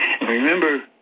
remember